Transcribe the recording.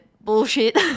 bullshit